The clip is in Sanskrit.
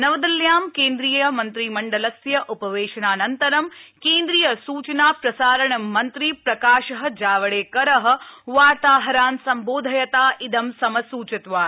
नवदिल्ल्यां केन्द्रीय मन्त्रिमण्डलस्य उपवेशनानन्तरं केन्द्रीय सूचना प्रसारण मन्त्री प्रकाश जावडेकर बार्ताहरान् सम्बोधयता ित्र समसूचितवान्